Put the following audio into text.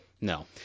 No